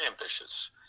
ambitious